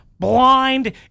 Blind